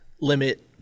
limit